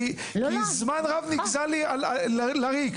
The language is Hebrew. כי זמן רב נגזל לי לריק.